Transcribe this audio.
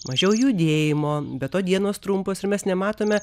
mažiau judėjimo be to dienos trumpos ir mes nematome